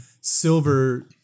silver